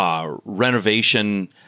renovation